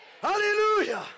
Hallelujah